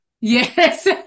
Yes